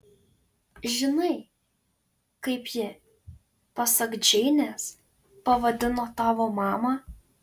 žinai kaip ji pasak džeinės pavadino tavo mamą